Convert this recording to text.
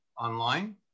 online